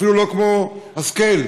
אפילו לא כמו השכל.